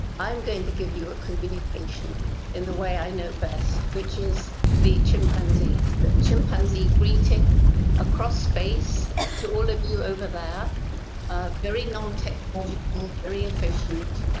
i'm going to give you a communication in the way i know best, which is the chimpanzee's. the chimpanzee greeting across space to all of you over there, very non-technological, very efficient.